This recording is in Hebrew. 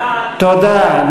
תודה.